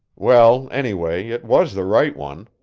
well anyway it was the right one.